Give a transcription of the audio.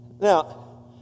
Now